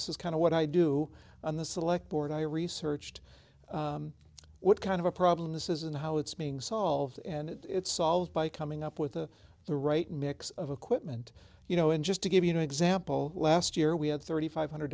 this is kind of what i do on the select board i researched what kind of a problem this is and how it's being solved and it's solved by coming up with the the right mix of equipment you know and just to give you an example last year we had thirty five hundred